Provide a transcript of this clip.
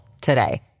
today